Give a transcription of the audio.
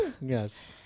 yes